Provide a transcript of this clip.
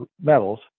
metals